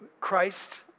Christ